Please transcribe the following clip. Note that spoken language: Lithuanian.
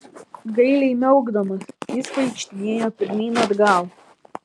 gailiai miaukdamas jis vaikštinėjo pirmyn atgal